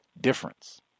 difference